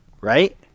Right